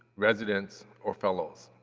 residents, or fellows.